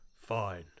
fine